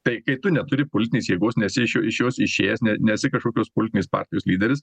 tai kai tu neturi politinės jėgos nesi iš iš jos išėjęs ne nesi kažkokios politinės partijos lyderis